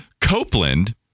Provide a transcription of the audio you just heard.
Copeland